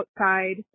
outside